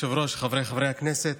מכובדי היושב-ראש, חבריי חברי הכנסת,